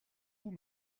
vous